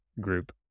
group